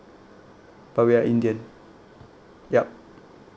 but we are indian yup